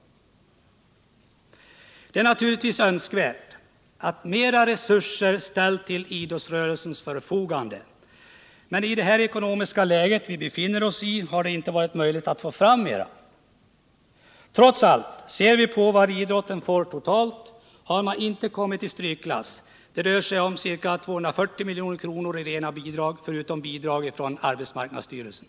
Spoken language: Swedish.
Det är naturligtvis önskvärt att mera resurser ställs till idrottsrörelsens förfogande. Men i det ekonomiska läge som vi befinner oss har det inte varit möjligt att få fram mer. Trots allt: med tanke på vad idrotten får totalt har den inte kommit i strykklass. Det rör sig om ca 240 milj.kr. i rena bidrag, förutom bidrag från arbetsmarknadsstyrelsen.